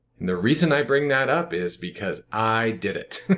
the reason i bring that up is because i did it.